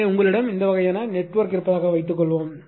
எனவே உங்களிடம் இந்த வகையான நெட்வொர்க் இருப்பதாக வைத்துக்கொள்வோம்